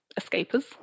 escapers